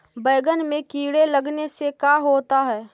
बैंगन में कीड़े लगने से का होता है?